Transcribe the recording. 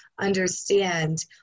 understand